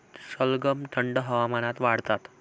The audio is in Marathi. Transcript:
सलगम थंड हवामानात वाढतात